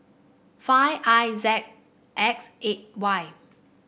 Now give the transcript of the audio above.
five I Z X eight Y